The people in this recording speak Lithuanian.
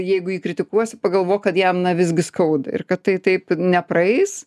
jeigu jį kritikuosi pagalvok kad jam na visgi skauda ir kad tai taip nepraeis